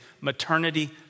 maternity